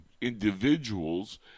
individuals